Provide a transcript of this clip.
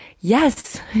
Yes